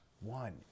one